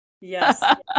Yes